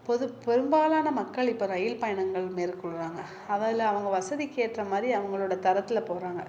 பொது பெரும்பாலான மக்கள் இப்போ ரயில் பயணங்கள் மேற்கொள்றாங்க அதில் அவங்க வசதிக்கு ஏற்றமாதிரி அவங்களோட தரத்தில் போகறாங்க